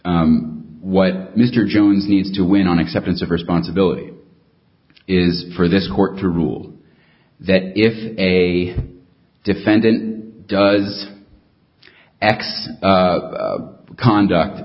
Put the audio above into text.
what mr jones needs to win on acceptance of responsibility is for this court to rule that if a defendant does act conduct